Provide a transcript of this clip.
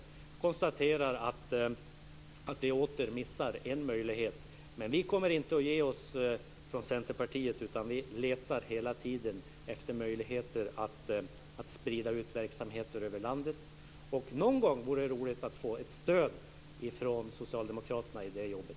Jag konstaterar att vi åter missar en möjlighet. Men vi från Centerpartiet kommer inte att ge oss, utan vi letar hela tiden efter möjligheter att sprida ut verksamheter över landet. Och någon gång vore det roligt att få ett stöd från Socialdemokraterna i det jobbet.